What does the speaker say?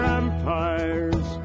empires